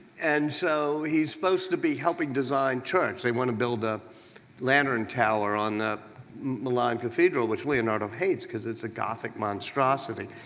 and so he's supposed to be helping design churches. they want to build a lantern tower on the milan cathedral, which leonardo hates because it's a gothic monstrosity.